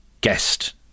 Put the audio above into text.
guest